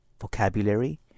vocabulary